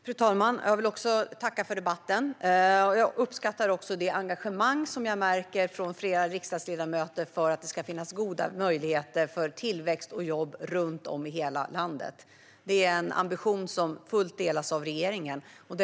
Fru talman! Jag vill också tacka för debatten. Jag uppskattar det engagemang som jag märker från flera riksdagsledamöter för att det ska finnas goda möjligheter för tillväxt och jobb runt om i hela landet. Det är en ambition som fullt ut delas av regeringen.